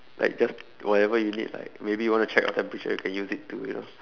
like just whatever you need like maybe you want to check your temperature you can use it to you know